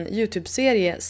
Youtube-serie